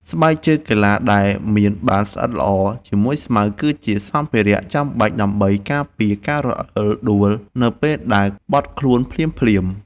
ស្បែកជើងកីឡាដែលមានបាតស្អិតល្អជាមួយស្មៅ គឺជាសម្ភារៈចាំបាច់ដើម្បីការពារការរអិលដួលនៅពេលដែលបត់ខ្លួនភ្លាមៗ។